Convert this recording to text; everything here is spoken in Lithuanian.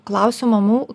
klausiau mamų